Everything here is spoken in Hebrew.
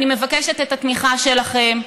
אני מבקשת את התמיכה שלכם,